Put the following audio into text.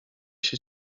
się